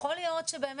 יכול להיות שבאמת,